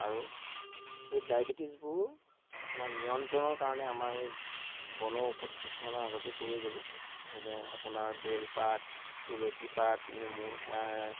আৰু সেই ডায়বেটিছবোৰ আপোনাৰ নিয়ন্ত্ৰণৰ কাৰণে আমাৰ এই বনৌ ঔষধ কিছুমান আগতে কৈ গ'লোঁ যেনে আপোনাৰ বেলপাত তুলসী পাত নেমু